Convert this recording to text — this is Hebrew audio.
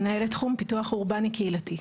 בבקשה.